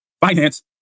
finance